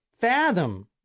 fathom